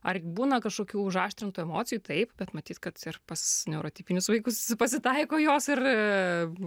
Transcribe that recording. ar būna kažkokių užaštrintų emocijų taip bet matyt kad ir pas neurotipinis vaikus pasitaiko jos